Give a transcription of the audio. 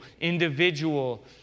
individual